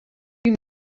you